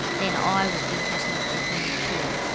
then i would be happy for him too.